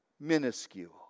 minuscule